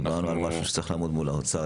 דיברנו על --- לעמוד מול האוצר,